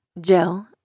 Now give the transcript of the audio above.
Jill